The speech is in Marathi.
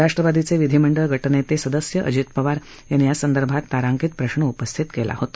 राष्ट्रवादीचे विधीमंडळ गाजते सदस्य अजित पवार यांनी यासंदर्भात तारांकित प्रश्न उपस्थित केला होता